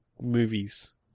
movies